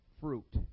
fruit